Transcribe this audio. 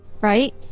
right